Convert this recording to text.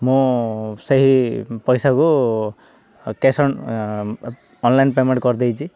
ମୁଁ ସେହି ପଇସାକୁ କ୍ୟାସ୍ ଅନଲାଇନ୍ ପେମେଣ୍ଟ୍ କରିଦେଇଛି